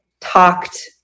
talked